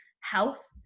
health